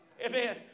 amen